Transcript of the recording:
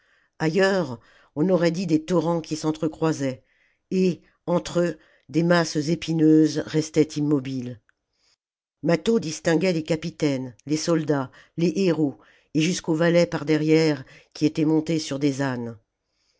ailleurs on aurait dit des torrents qui s'entre croisaient et entre eux des masses épineuses restaient immobiles mâtho distinguait les capitaines les soldats les héros et jusqu'aux valets par derrière qui étaient montés sur des ânes